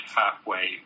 halfway